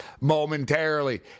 momentarily